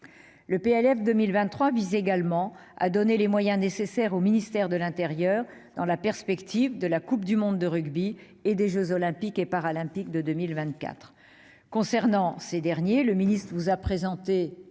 Le PLF pour 2023 vise également à donner les moyens nécessaires au ministère de l'intérieur dans la perspective de la Coupe du monde de rugby et des jeux Olympiques et Paralympiques de 2024. Pour les jeux Olympiques, le ministre vous a présenté,